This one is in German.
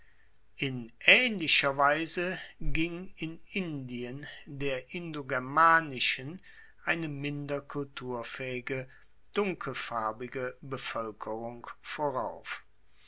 in aehnlicher weise ging in indien der indogermanischen eine minder kulturfaehige dunkelfarbige bevoelkerung vorauf